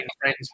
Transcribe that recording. friends